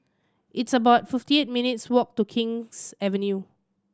it's about fifty minutes' walk to King's Avenue